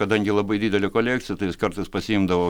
kadangi labai didelė kolekcija tai jis kartais pasiimdavo